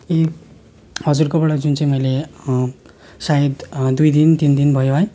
ए हजुरकोबाट जुन चाहिँ मैले सायद दुई दिन तिन दिन भयो है